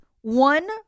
one